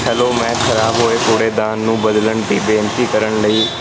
hello ਮੈਂ ਖਰਾਬ ਹੋਏ ਕੂੜੇਦਾਨ ਨੂੰ ਬਦਲਣ ਦੀ ਬੇਨਤੀ ਕਰਨ ਲਈ